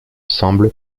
semble